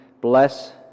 bless